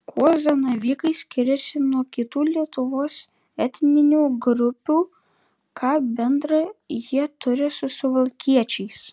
kuo zanavykai skiriasi nuo kitų lietuvos etninių grupių ką bendra jie turi su suvalkiečiais